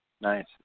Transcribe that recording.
Nice